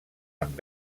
amb